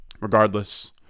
regardless